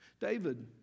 David